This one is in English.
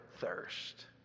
thirst